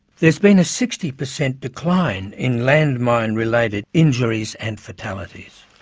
there has been a sixty per cent decline in landmine-related injuries and fatalities.